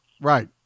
right